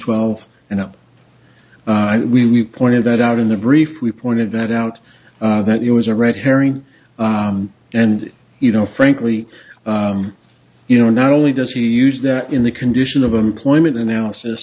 twelve and up we we pointed that out in the brief we pointed that out that it was a red herring and you know frankly you know not only does he use that in the condition of employment analysis